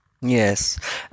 Yes